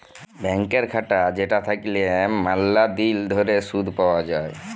ব্যাংকের খাতা যেটা থাকল্যে ম্যালা দিল ধরে শুধ পাওয়া যায়